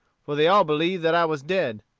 for they all believed that i was dead.